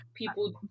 People